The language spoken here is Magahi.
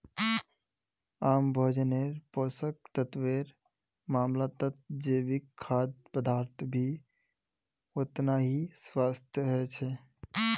आम भोजन्नेर पोषक तत्वेर मामलाततजैविक खाद्य पदार्थ भी ओतना ही स्वस्थ ह छे